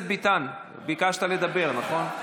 ביקשת לדבר, נכון?